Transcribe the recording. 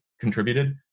contributed